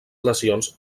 lesions